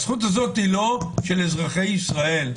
הזכות הזאת היא לא של אזרחי ישראל,